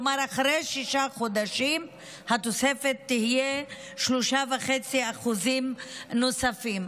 כלומר אחרי שישה חודשים התוספת תהיה 3.5% נוספים.